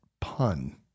pun